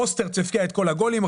אוסטרץ הבקיע את כל הגולים,